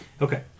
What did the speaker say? Okay